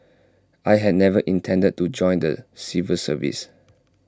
I had never intended to join the civil service